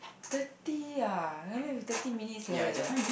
thirty ah only left with thirty minutes leh